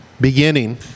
beginning